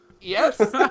Yes